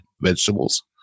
vegetables